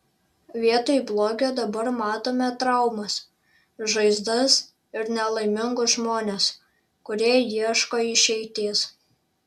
vietoj blogio dabar matome traumas žaizdas ir nelaimingus žmones kurie ieško išeities